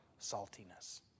saltiness